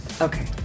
Okay